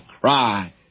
cry